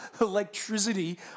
electricity